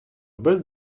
без